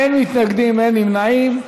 אין מתנגדים, אין נמנעים.